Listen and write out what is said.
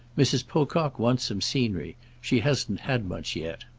mrs. pocock wants some scenery. she hasn't had much yet.